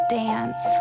dance